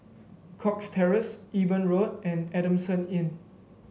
Cox Terrace Eben Road and Adamson Inn